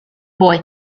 boy